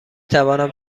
توانم